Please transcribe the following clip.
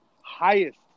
highest